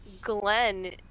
Glenn